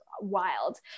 wild